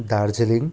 Darjeeling